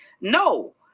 no